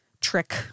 trick